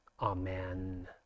amen